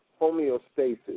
homeostasis